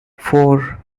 four